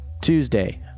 Tuesday